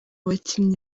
bakinnyi